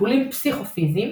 טיפולים פסיכו-פיזיים